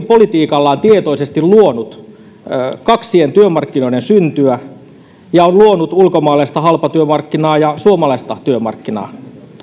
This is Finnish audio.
politiikallaan tietoisesti luonut kaksien työmarkkinoiden syntyä on luonut ulkomaalaista halpatyömarkkinaa ja suomalaista työmarkkinaa